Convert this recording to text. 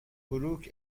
بروک